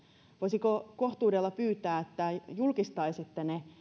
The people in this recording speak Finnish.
voisiko kohtuudella pyytää että julkistaisitte ne